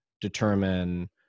determine